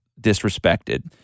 disrespected